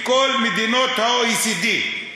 בכל מדינות ה-OECD.